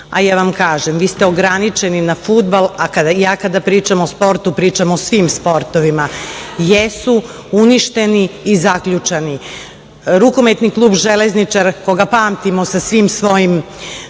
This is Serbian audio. a ja vam kažem, vi ste ograničeni na fudbal, a kada ja pričam o sportu pričam o svim sportovima. Jesu uništeni i zaključani. Rukometni klub „Železničar“, koga pamtimo sa svim svojim